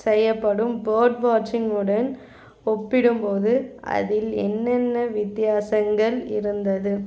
செய்யப்படும் பேர்ட் வாட்சிங் உடன் ஒப்பிடும்போது அதில் என்னென்ன வித்தியாசங்கள் இருந்தது